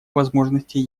возможностей